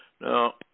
Now